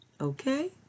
Okay